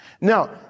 Now